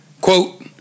Quote